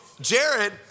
Jared